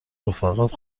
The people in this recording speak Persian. رفیقات